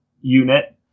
unit